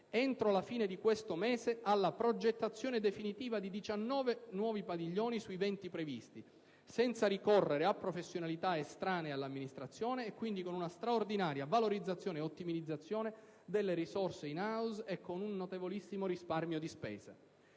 entro la fine di questo mese alla progettazione definitiva di 19 nuovi padiglioni sui 20 previsti, senza ricorrere a professionalità estranee all'amministrazione e, quindi, con una straordinaria valorizzazione e ottimizzazione delle risorse *in house* e con un notevolissimo risparmio di spesa.